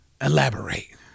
Elaborate